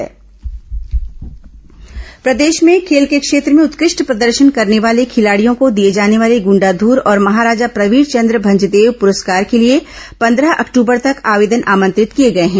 गण्डाधर सम्मान आवेदन प्रदेश में खेल के क्षेत्र में उत्कृष्ट प्रदर्शन करने वाले खिलाड़ियों को दिए जाने वाले गृण्डाध्र और महाराजा प्रवीरचंद्र भंजदेव पुरस्कार के लिए पंद्रह अक्टूबर तक आवेदन आमंत्रित किए गए हैं